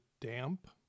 damp